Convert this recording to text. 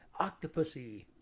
Octopussy